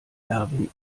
erwin